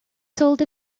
sold